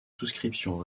souscription